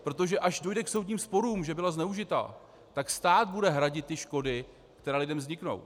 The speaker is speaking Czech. Protože až dojde k soudním sporům, že byla zneužita, tak stát bude hradit škody, které lidem vzniknou.